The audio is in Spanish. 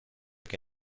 que